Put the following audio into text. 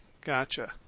gotcha